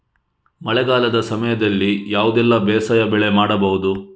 ಮಳೆಗಾಲದ ಸಮಯದಲ್ಲಿ ಯಾವುದೆಲ್ಲ ಬೇಸಾಯ ಬೆಳೆ ಮಾಡಬಹುದು?